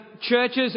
churches